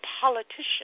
politician